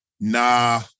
Nah